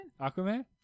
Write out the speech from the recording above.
Aquaman